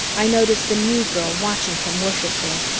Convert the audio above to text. i noticed the new girl watching him worshipfully.